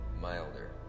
milder